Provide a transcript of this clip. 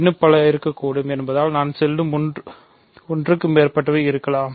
இன்னும் பல இருக்கக்கூடும் என்பதால் நான் சொல்லும் ஒன்றுக்கு மேற்பட்டவை இருக்கலாம்